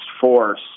force